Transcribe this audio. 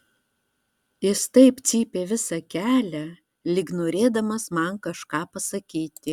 jis taip cypė visą kelią lyg norėdamas man kažką pasakyti